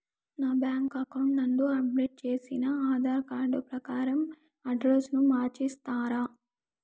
నా bank account నందు update చేసిన ఆధార్ కార్డు ప్రకారం అడ్రస్ ను మార్చిస్తారా?